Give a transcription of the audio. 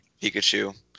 Pikachu